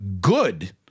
good